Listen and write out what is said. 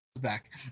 back